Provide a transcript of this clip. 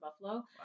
Buffalo